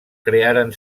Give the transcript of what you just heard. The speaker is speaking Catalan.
crearen